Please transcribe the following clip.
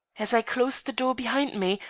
as i closed the door behind me,